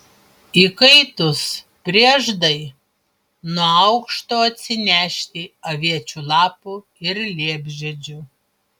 įkaitus prieždai nuo aukšto atsinešti aviečių lapų ir liepžiedžių